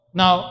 now